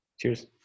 cheers